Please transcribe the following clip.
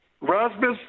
Rasmus